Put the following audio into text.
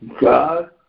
God